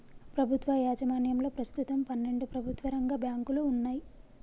ప్రభుత్వ యాజమాన్యంలో ప్రస్తుతం పన్నెండు ప్రభుత్వ రంగ బ్యాంకులు వున్నయ్